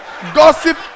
Gossip